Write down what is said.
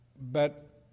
but